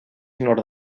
nord